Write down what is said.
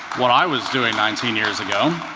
what i was doing nineteen years ago.